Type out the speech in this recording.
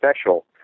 special